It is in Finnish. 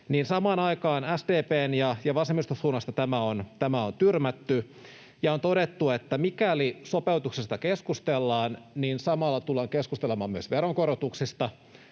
samaan aikaan SDP:n ja vasemmiston suunnasta tämä on tyrmätty ja on todettu, että mikäli sopeutuksesta keskustellaan, samalla tullaan keskustelemaan myös veronkorotuksista,